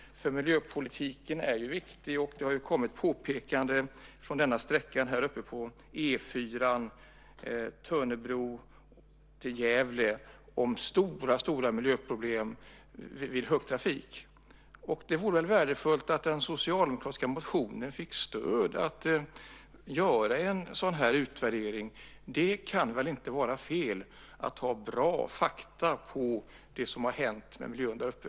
Miljöpolitiken är ju viktig, och det har kommit påpekanden om sträckan på E 4 mellan Tönnebro och Gävle om stora miljöproblem vid högtrafik. Det vore väl värdefullt att den socialdemokratiska motionen fick stöd för att göra en sådan här utvärdering? Det kan väl inte vara fel att ha bra fakta om det som har hänt med miljön där uppe?